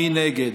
מי נגד?